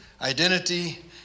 identity